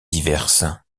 diverse